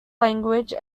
language